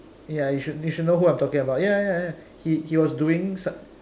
ya you should you should know who I'm talking about ya ya ya he he was doing